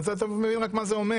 אתה מבין רק מה זה אומר.